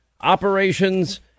operations